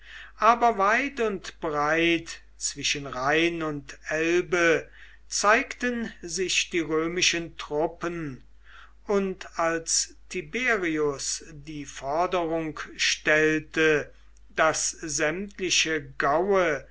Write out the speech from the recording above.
aber weit und breit zwischen rhein und elbe zeigten sich die römischen truppen und als tiberius die forderung stellte daß sämtliche gaue